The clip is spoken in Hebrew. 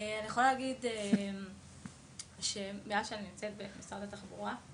אני יכולה להגיד שמאז שאני נמצאת במשרד התחבורה,